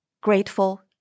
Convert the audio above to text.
grateful